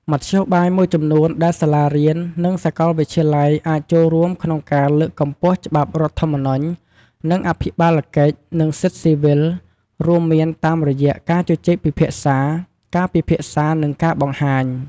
មធ្យោបាយមួយចំនួនដែលសាលារៀន និងសាកលវិទ្យាល័យអាចចូលរួមក្នុងការលើកកម្ពស់ច្បាប់រដ្ឋធម្មនុញ្ញ និងអភិបាលកិច្ច និងសិទ្ធិស៊ីវិល រួមមានតាមរយៈការជជែកពិភាក្សា ការពិភាក្សា និងការបង្ហាញ។